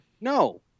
No